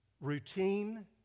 routine